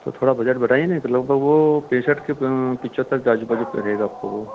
तो थोड़ा बजट बढ़ाइए ना तो लगभग वह पैंसठ के पचहत्तर के आजू बाजू करेगा आपको वह